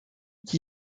qui